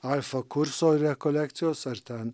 alfa kurso rekolekcijos ar ten